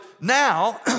now